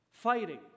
fighting